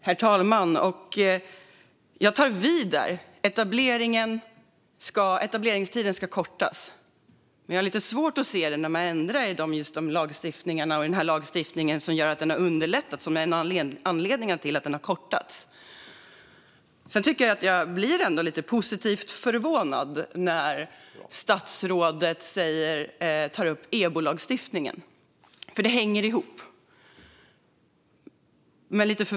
Herr talman! Jag tar vid där. Etableringstiden ska kortas. Men jag har lite svårt att se det när man ändrar i just de lagstiftningar som har underlättat och är anledningen till att de har kortats. Jag blir ändå lite positivt förvånad när statsrådet tar upp EBO-lagstiftningen, för det hänger ihop.